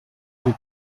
uku